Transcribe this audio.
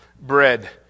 bread